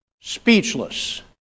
speechless